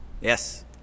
Yes